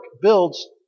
builds